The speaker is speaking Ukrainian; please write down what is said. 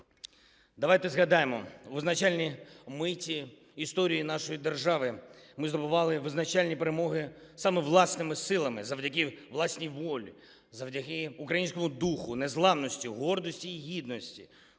Давайте згадаємо визначальні миті історії нашої держави, ми здобували визначальні перемоги саме власними силами завдяки власній волі, завдяки українському духу, незламності, гордості і гідності.